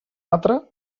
altre